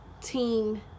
team